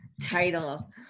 title